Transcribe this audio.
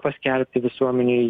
paskelbti visuomenei